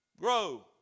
Grow